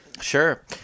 Sure